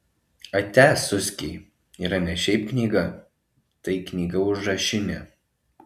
atia suskiai yra ne šiaip knyga tai knyga užrašinė